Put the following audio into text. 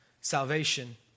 salvation